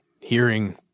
hearing